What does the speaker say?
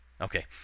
Okay